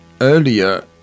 earlier